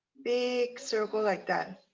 big circle like that.